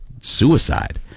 suicide